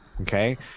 okay